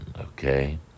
okay